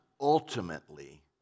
ultimately